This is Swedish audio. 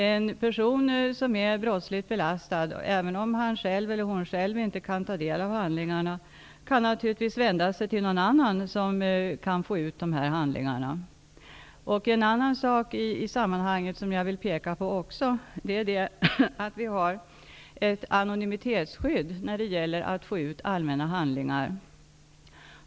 En person som är brottsligt belastad kan naturligtvis, även om vederbörande inte kan ta del av handlingarna, vända sig till någon annan som kan få ut handlingarna. En annan sak i detta sammanhang som jag också vill framhålla är att vi har ett anonymitetsskydd när det gäller att få ut allmänna handlingar.